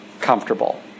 comfortable